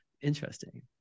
Interesting